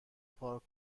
پارک